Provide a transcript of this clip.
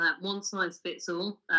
one-size-fits-all